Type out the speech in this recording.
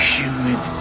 human